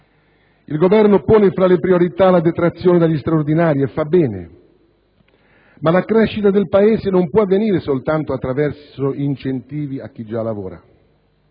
Il Governo pone tra le priorità la detassazione degli straordinari, e fa bene, ma la crescita del Paese non può avvenire soltanto attraverso incentivi a chi già lavora.